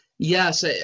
Yes